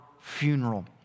funeral